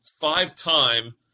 five-time